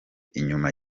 inyuma